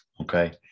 Okay